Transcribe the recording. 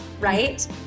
right